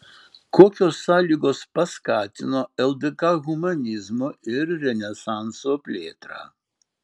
kokios sąlygos paskatino ldk humanizmo ir renesanso plėtrą